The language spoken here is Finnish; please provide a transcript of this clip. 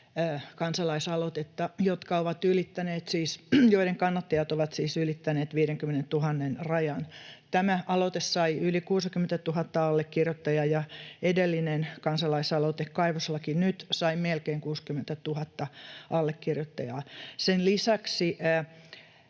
kansalaisaloitetta, joiden kannattajat ovat siis ylittäneet 50 000 rajan. Tämä aloite sai yli 60 000 allekirjoittajaa, ja edellinen kansalaisaloite Kaivoslaki Nyt sai melkein 60 000 allekirjoittajaa. Sen lisäksi